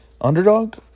underdog